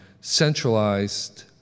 centralized